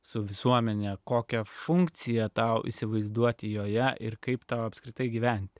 su visuomene kokią funkciją tau įsivaizduoti joje ir kaip tau apskritai gyventi